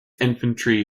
infantry